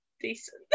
Decent